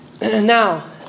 Now